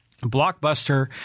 Blockbuster